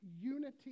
unity